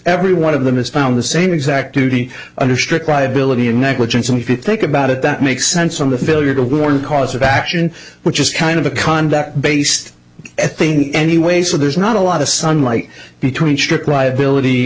every one of them is found the same exact duty under strict liability and negligence and if you think about it that makes sense from the failure to warn cause of action which is kind of a con based i think anyway so there's not a lot of sunlight between strict liability